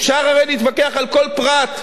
אפשר הרי להתווכח על כל פרט,